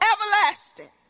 everlasting